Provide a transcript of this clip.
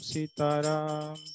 Sitaram